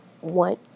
want